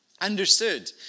understood